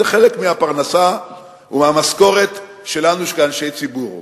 זה חלק מהפרנסה ומהמשכורת שלנו כאנשי ציבור.